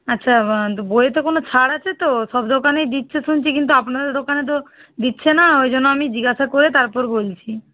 আচ্ছা বইয়েতে কোনো ছাড় আছে তো সব দোকানেই দিচ্ছে শুনছি কিন্তু আপনাদের দোকানে তো দিচ্ছে না ঐজন্য আমি জিজ্ঞাসা করে তারপর বলছি